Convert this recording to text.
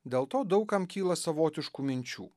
dėl to daug kam kyla savotiškų minčių